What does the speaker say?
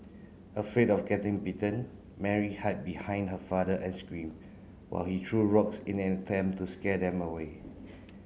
afraid of getting bitten Mary hide behind her father and screamed while he threw rocks in an attempt to scare them away